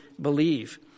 believe